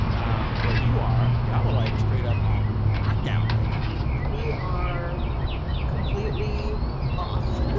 um where you are, y'all are, like, straight up on lockdown right now we are completely off.